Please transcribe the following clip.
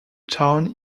town